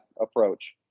approach